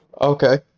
Okay